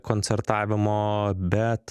koncertavimo bet